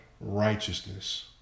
Righteousness